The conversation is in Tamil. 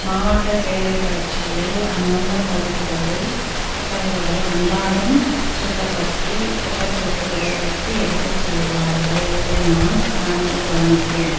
மாவட்ட பேரூராட்சியில் அந்தந்த பகுதிகளில் குப்பைகளை அன்றாடம் சுத்தப்படுத்தி குப்பை தொட்டிகளை வைத்து எடுத்து செல்கிறார்கள் இதை நான் நன்கு கவனித்தேன்